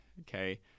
okay